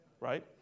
right